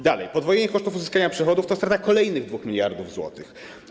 Dalej: podwojenie kosztów uzyskania przychodów to strata kolejnych 2 mld zł.